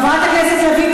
חברת הכנסת לביא,